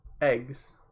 eggs